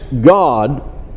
God